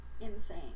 Insane